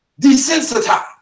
desensitized